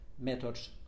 methods